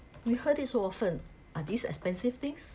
we heard it so often are these expensive things